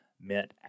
meant